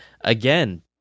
again